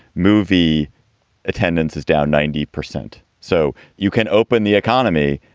movie attendance is down ninety percent. so you can open the economy.